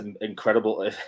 incredible